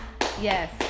Yes